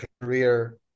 career